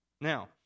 Now